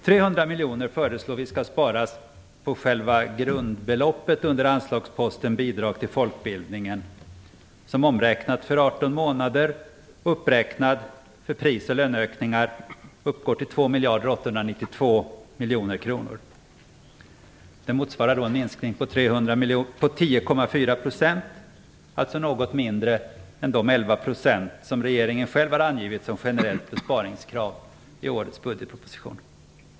300 miljoner föreslår vi skall sparas på själva grundbeloppet under anslagsposten Bidrag till folkbildningen, som omräknat för 18 månader och uppräknat för pris och löneökningar uppgår till 2 miljarder 892 miljoner kronor. Det motsvarar en minskning på 10,4 %, alltså något mindre än de 11 % som regeringen själv har angivit som generellt besparingskrav i årets budgetproposition.